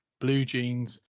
BlueJeans